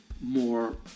more